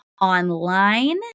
online